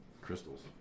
Crystals